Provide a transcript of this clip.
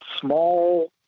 small